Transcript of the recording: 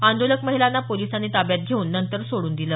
आंदोलक महिलांना पोलिसांनी ताब्यात घेऊन नंतर सोडून दिलं